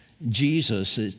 Jesus